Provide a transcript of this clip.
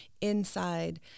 inside